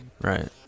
Right